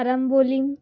आरंबोलींम